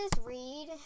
read